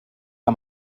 que